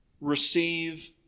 receive